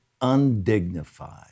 undignified